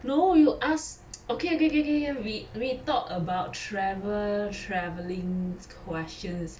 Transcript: no you ask okay okay okay okay okay we we talk about travel~ travelling questions